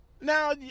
Now